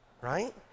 right